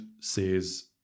says